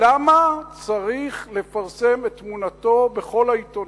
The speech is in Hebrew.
למה צריך לפרסם את תמונתו בכל העיתונים?